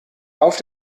auf